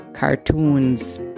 cartoons